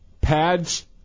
pads